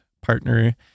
partner